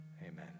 Amen